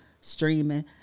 streaming